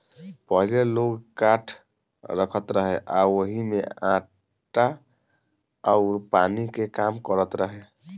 पहिले लोग काठ रखत रहे आ ओही में आटा अउर पानी के काम करत रहे